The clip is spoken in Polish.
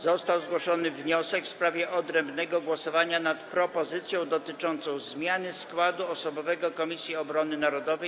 Został zgłoszony wniosek w sprawie odrębnego głosowania nad propozycją dotyczącą zmiany składu osobowego Komisji Obrony Narodowej.